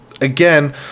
again